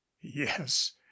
Yes